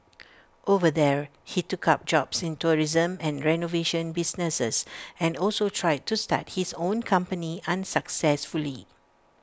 over there he took up jobs in tourism and renovation businesses and also tried to start his own company unsuccessfully